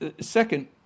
Second